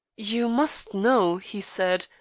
you must know, he said,